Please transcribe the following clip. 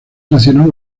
nacieron